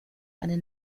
eine